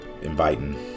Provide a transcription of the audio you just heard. inviting